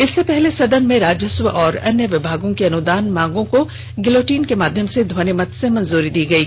इससे पहले सदन में राजस्व और अन्य विभागों की अनुदान मांगों को गिलोटीन के माध्यम से ध्वनिमत से मंजूरी दी गयी